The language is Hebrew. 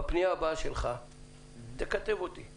בפנייה הבאה שלך תכתב אותי.